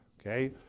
Okay